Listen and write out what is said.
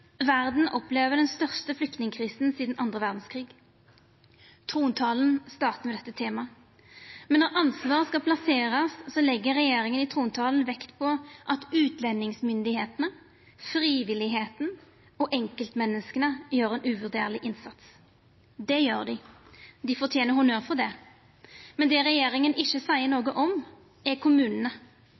Verda opplever den største flyktningkrisa sidan den andre verdskrigen. Trontalen starta med dette temaet. Men når ansvar skal verta plassert, legg regjeringa i trontalen vekt på at utlendingsmyndigheitene, frivilligheita og enkeltmenneska gjer ein uvurderleg innsats. Det gjer dei, og dei fortener honnør for det. Men det regjeringa ikkje seier noko om, er kommunane.